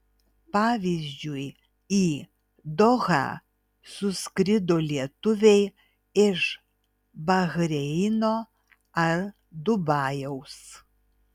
pavyzdžiui į dohą suskrido lietuviai iš bahreino ar dubajaus